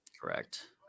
Correct